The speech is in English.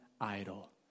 idol